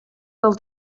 del